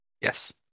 Yes